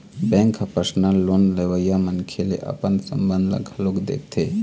bank ह personal loan लेवइया मनखे ले अपन संबंध ल घलोक देखथे